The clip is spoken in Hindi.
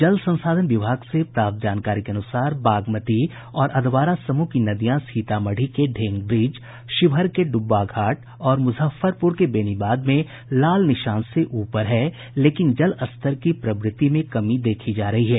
जल संसाधन विभाग से प्राप्त जानकारी के अनुसार बागमती और अधवारा समूह की नदियां सीतामढ़ी के ढेंग ब्रिज शिवहर के डुब्बा घाट और मुजफ्फरपुर के बेनीबाद में खतरे के निशान से ऊपर है लेकिन जल स्तर की प्रवृति में कमी देखी जा रही है